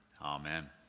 Amen